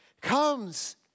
comes